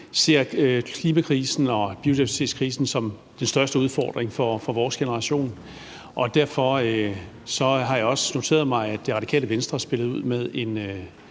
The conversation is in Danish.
ser klimakrisen og biodiversitetskrisen som den største udfordring for vores generation, og derfor har jeg også noteret mig, at Radikale Venstre har spillet ud med et